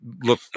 look